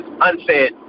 unsaid